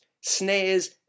snares